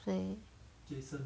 play